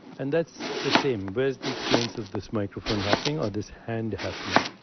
and that's the same. where is the experience of this microphone happening or this hand happening?